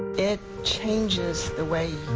it changes the way.